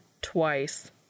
Twice